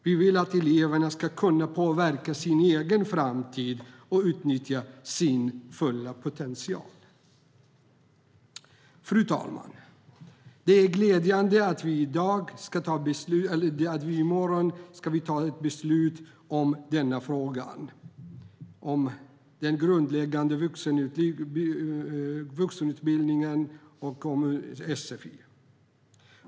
Vi vill att eleverna ska kunna påverka sin egen framtid och utnyttja sin fulla potential. Fru talman! Det är glädjande att vi på tisdag ska ta beslut om denna fråga, om den grundläggande vuxenutbildningen och sfi.